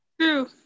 True